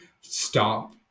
stop